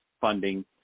funding